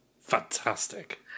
Fantastic